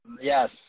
Yes